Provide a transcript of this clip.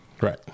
Right